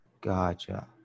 Gotcha